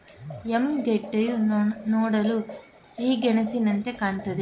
yam ಗೆಡ್ಡೆಯು ನೋಡಲು ಸಿಹಿಗೆಣಸಿನಂತೆಯೆ ಕಾಣುತ್ತದೆ